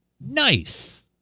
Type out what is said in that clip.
Nice